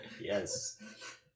Yes